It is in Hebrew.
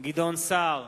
גדעון סער,